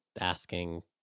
asking